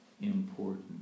important